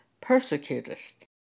persecutest